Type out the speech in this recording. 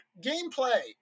gameplay